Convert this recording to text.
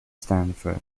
stanford